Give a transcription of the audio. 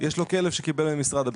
כלב ממשרד הביטחון,